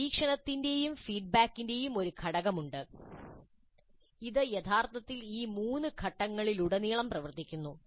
നിരീക്ഷണത്തിന്റെയും ഫീഡ്ബാക്കിന്റെയും ഒരു ഘടകമുണ്ട് ഇത് യഥാർത്ഥത്തിൽ ഈ മൂന്ന് ഘട്ടങ്ങളിലുടനീളം പ്രവർത്തിക്കുന്നു